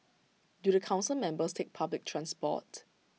do the Council members take public transport